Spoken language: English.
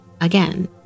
again